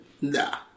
Nah